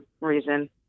reason